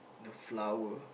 got flower